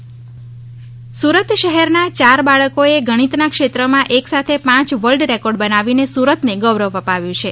world record Surat શહેરના ચાર બાળકોએ ગણિતના ક્ષેત્રમાં એક સાથે પાંચ વર્લ્ડ રેકોર્ડ બનાવીને સુરતને ગૌરવ અપાવ્યું છે